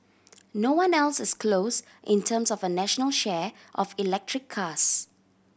no one else is close in terms of a national share of electric cars